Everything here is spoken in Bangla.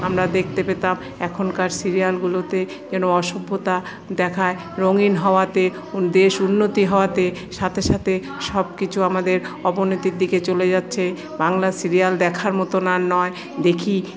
আমরা দেখতে পেতাম এখনকার সিরিয়ালগুলোতে যেন অসভ্যতা দেখায় রঙিন হওয়াতে দেশ উন্নতি হওয়াতে সাথে সাথে সবকিছু আমাদের অবনতির দিকে চলে যাচ্ছে বাংলা সিরিয়াল দেখার মতন আর নয় দেখি